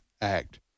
act